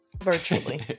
Virtually